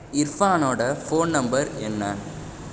இர்ஃபானோட phone number என்ன